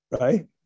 right